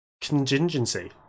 contingency